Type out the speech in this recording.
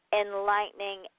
enlightening